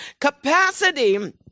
Capacity